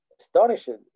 astonishing